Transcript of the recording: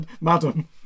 madam